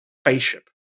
Spaceship